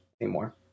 anymore